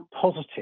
positive